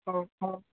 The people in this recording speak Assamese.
অঁ অঁ